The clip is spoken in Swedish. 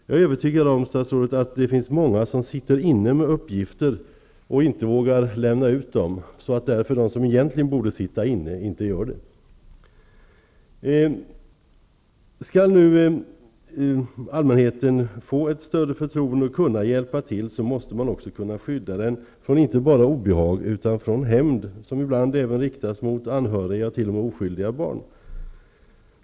Jag är övertygad, statsrådet, om att det är många som sitter inne med uppgifter som de inte vågar lämna ut. Därför sitter inte de inne som egentligen borde göra det. För att allmänheten skall få ett större förtroende och kunna hjälpa till är det också nödvändigt att kunna skydda den inte bara från obehag utan också från hämnd, som ibland även riktas mot anhöriga och t.o.m. mot oskyldiga barn.